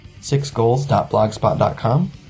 sixgoals.blogspot.com